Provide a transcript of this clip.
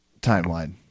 timeline